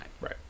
Right